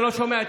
אני לא שומע את